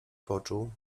poczuł